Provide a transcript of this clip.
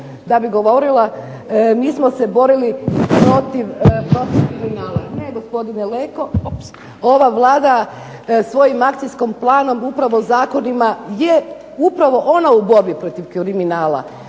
da bi govorila mi smo se borili protiv kriminala. Ne gospodine Leko, ova Vlada svojim akcijskim planom upravo zakonima je upravo ona u borbi protiv kriminala,